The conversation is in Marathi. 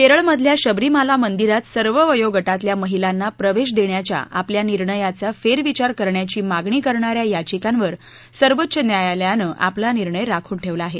केरळमधल्या शबरीमाला मंदिरात सर्व वयोगटातल्या महिलांना प्रवेश देण्याच्या आपल्या निर्णयाच्या फेर विचार करण्याची मागणी करणा या याविकांवर सर्वोच्च न्यायालयानं आपला निर्णय राखून ठेवला आहे